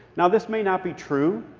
now, this may not be true.